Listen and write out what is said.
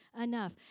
enough